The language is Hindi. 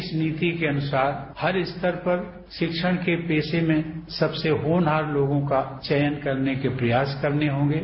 इस नीति के अनुसार हर स्तर पर शिक्षण के पेशे में सबसे होनहार लोगों का चयन करने के प्रयास करने होंगे